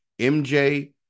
MJ